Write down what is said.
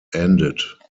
ended